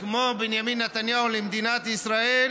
כמו בנימין נתניהו למדינת ישראל.